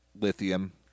lithium